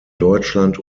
deutschland